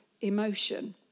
emotion